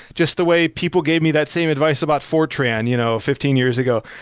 just the way people gave me that same advice about fortran you know fifteen years ago.